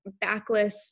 backlist